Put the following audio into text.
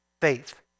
faith